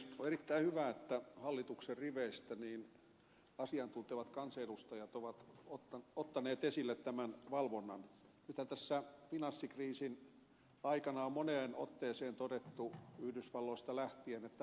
on erittäin hyvä että hallituksen riveistä asiantuntevat kansanedustajat ovat ottaneet esille tämän valvonnan nythän tässä finanssikriisin aikana on moneen otteeseen todettu yhdysvalloista lähtien että valvonta petti